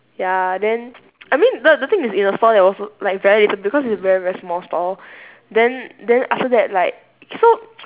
ya then I mean the the thing is in the store there was like very little people because it's a very very small store then then after that like so